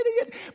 idiot